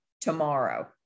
tomorrow